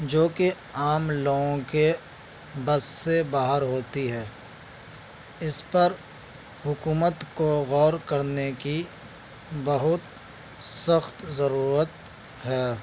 جو کہ عام لوگوں کے بس سے باہر ہوتی ہے اس پر حکومت کو غور کرنے کی بہت سخت ضرورت ہے